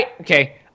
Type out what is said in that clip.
okay